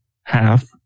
half